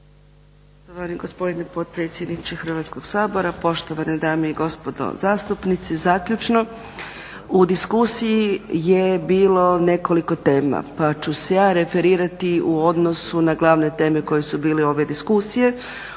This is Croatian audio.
Hrvatskog sabora, poštovane dame i gospodo zastupnici zaključno u diskusiji je bilo nekoliko tema, pa ću se ja referirati u odnosu na glavne teme koje su bile ove diskusije.